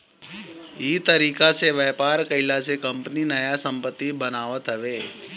इ तरीका से व्यापार कईला से कंपनी नया संपत्ति बनावत हवे